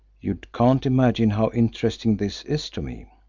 you can't imagine how interesting this is to me.